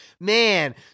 man